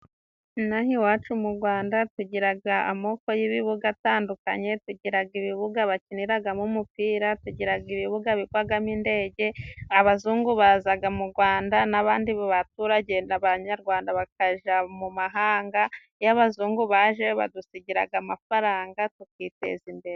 Inaha iwacu mu Gwanda tugiraga amoko y'ibibuga atandukanye: Tugiraga ibibuga bakiniragamo umupira, tugiraga ibibuga bibagamo indege, abazungu bazaga mu Gwanda n'abandi baturajye banyarwanda bakaja mu mahanga y'abazungu baje badusigiraga amafaranga tukiteza imbere.